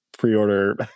pre-order